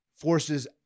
forces